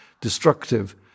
destructive